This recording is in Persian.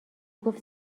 گفت